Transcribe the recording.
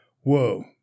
whoa